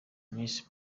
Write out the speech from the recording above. miss